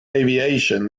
aviation